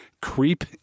Creep